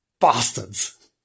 bastards